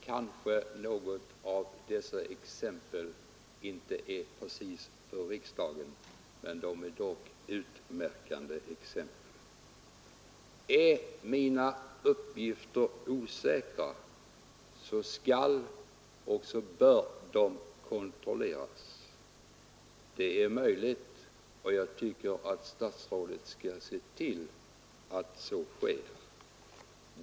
Kanske något av dessa exempel inte är precis sådant att det kan diskuteras i riksdagen, men de flesta är dock utmärkande exempel. Är mina uppgifter osäkra, skall och bör de kontrolleras. Det är möjligt att så är fallet, och jag tycker att statsrådet då skall se till att det sker.